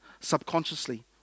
subconsciously